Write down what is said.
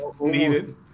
needed